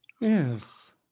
Yes